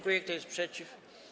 Kto jest przeciw?